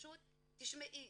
"תשמעי,